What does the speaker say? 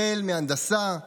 מהנדסה,